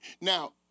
Now